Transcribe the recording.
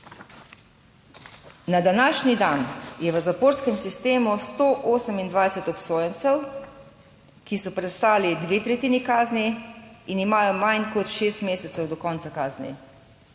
Na današnji dan je v zaporskem sistemu 128 obsojencev, ki so prestali dve tretjini kazni in imajo manj kot šest mesecev do konca kazni.